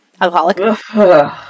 alcoholic